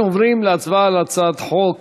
אנחנו עוברים להצבעה על הצעת חוק